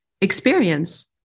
Experience